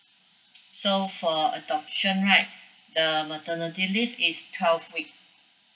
so for adoption right the maternity leave is twelve week